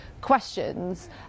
questions